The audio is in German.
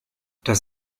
das